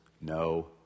no